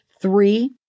Three